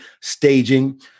staging